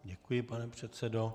Děkuji, pane předsedo.